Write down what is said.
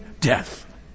Death